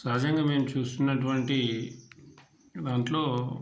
సహజంగా మేము చూస్తున్నటువంటి దాంట్లో